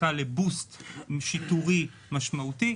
זקוקה לזריקת עידוד שיטורי משמעותי,